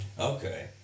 Okay